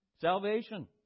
Salvation